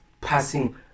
passing